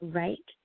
right